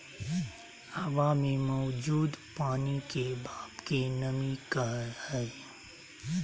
हवा मे मौजूद पानी के भाप के नमी कहय हय